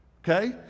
Okay